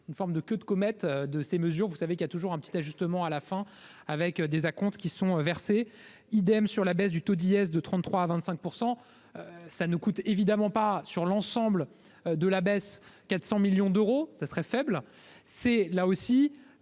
une forme de queue de comète de ces mesures, vous savez qu'il y a toujours un petit ajustement à la fin avec des acomptes qui sont versées idem sur la baisse du taux d'IS de 33 à 25 %, ça nous coûte évidemment pas sur l'ensemble de la baisse, 400 millions d'euros, ça serait faible, c'est là aussi